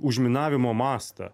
užminavimo mastą